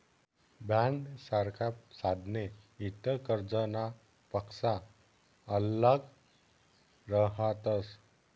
बॉण्डसारखा साधने इतर कर्जनापक्सा आल्लग रहातस